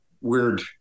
weird